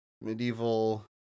medieval